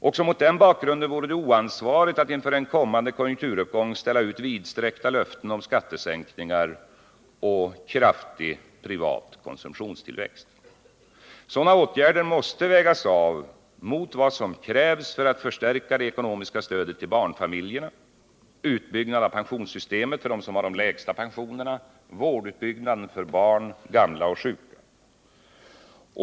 Också mot den bakgrunden vore det oansvarigt att inför en kommande konjunkturuppgång ställa ut vidsträckta löften om skattesänkningar och kraftig privat konsumtionstillväxt. Sådana åtgärder måste vägas mot vad som krävs för att förstärka det ekonomiska stödet till barnfamiljerna, utbyggnad av pensionssystemet för dem som har de lägsta pensionerna och vårdutbyggnaden för barn, gamla och sjuka.